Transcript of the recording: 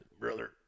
Brother